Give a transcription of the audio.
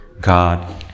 god